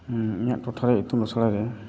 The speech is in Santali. ᱦᱮᱸ ᱤᱧᱟᱹᱜ ᱴᱚᱴᱷᱟᱨᱮ ᱤᱛᱩᱱ ᱟᱥᱲᱟ ᱨᱮ